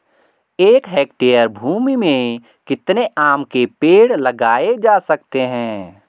एक हेक्टेयर भूमि में कितने आम के पेड़ लगाए जा सकते हैं?